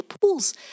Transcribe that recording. pools